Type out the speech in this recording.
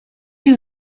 you